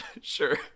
Sure